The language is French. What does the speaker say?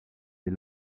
les